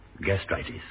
gastritis